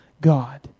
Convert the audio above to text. God